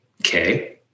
Okay